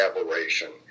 aberration